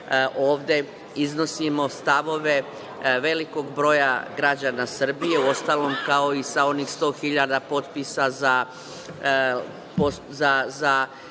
ovde iznosimo stavove velikog broja građana Srbije, uostalom, kao i sa onih 100.000 potpisa za